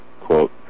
quote